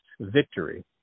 victory